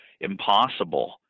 impossible